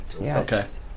Yes